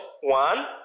One